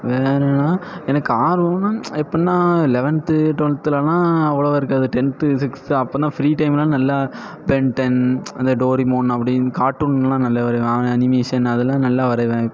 வேறேன்னா எனக்கு ஆர்வம்னா எப்படினா லெவன்த்து டுவல்த்துலெல்லாம் அவ்வளவா இருக்காது டென்த்து சிக்ஸ்த்து அப்போன்னா ஃப்ரீ டைம்லாம் நல்லா பென்டன் அந்த டோரிமான் அப்படின்னு கார்ட்டூன்லாம் நல்லா வரைவேன் ஒரு ஆன அனிமேசன் அதெல்லாம் நல்லா வரைவேன்